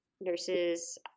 nurses